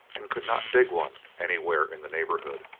and could not dig one anywhere in the neighbourhood.